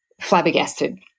Flabbergasted